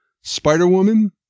Spider-Woman